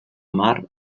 mar